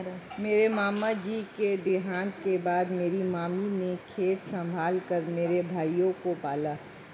मेरे मामा जी के देहांत के बाद मेरी मामी ने खेत संभाल कर मेरे भाइयों को पाला